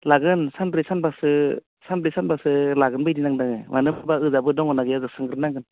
लागोन सानब्रै सानबासो सानब्रै सानबासो लागोनबायदि नांदों मानो होनब्ला ओजाबो दङना गैयाजा सोंग्रोनांगोन